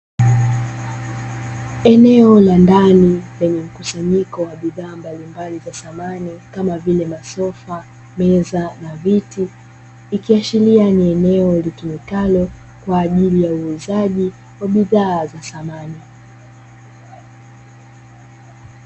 Eneo la ndani lenye mkusanyiko wa bidhaa mbalimbali za samani kamavile: masofa ,meza na viti. Ikiashiria ni eneo litumikalo kwa ajili ya uuzaji wa bidhaa za samani.